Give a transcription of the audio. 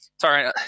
Sorry